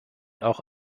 auch